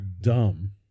dumb